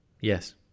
Yes